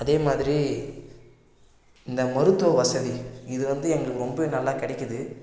அதே மாதிரி இந்த மருத்துவ வசதி இது வந்து எங்களுக்கு ரொம்பவே நல்லா கிடைக்கிது